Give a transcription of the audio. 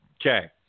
okay